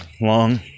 long